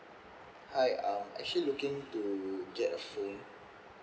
hi um actually looking to get a phone